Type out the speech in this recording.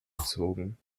gezogen